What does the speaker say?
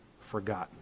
forgotten